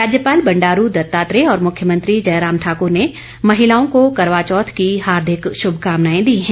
राज्यपाल बंडारू दत्तात्रेय और मुख्यमंत्री जयराम ठाकुर ने महिलाओं को करवाचौथ की हार्दिक शुभकामनाएं दी है